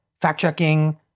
fact-checking